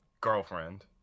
girlfriend